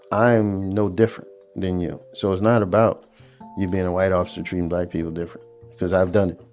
i'm no different than you. so it's not about you being a white officer treating black people different because i've done it.